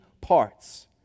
parts